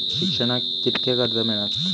शिक्षणाक कीतक्या कर्ज मिलात?